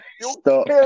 Stop